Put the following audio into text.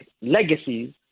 legacies